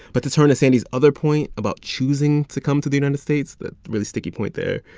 but to turn to sandy's other point about choosing to come to the united states that really sticky point there,